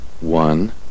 One